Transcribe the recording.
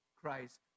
Christ